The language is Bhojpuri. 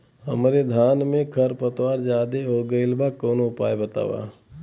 हमरे धान में खर पतवार ज्यादे हो गइल बा कवनो उपाय बतावा?